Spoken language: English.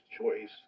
choice